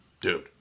dude